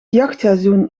jachtseizoen